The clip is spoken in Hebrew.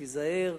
תיזהר,